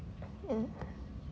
uh